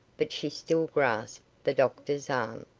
but she still grasped the doctor's arm.